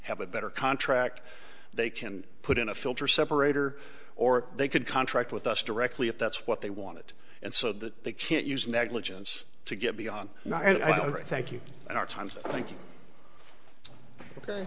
have a better contract they can put in a filter separator or they could contract with us directly if that's what they wanted and so that they can't use negligence to get beyond not ok thank you and our times think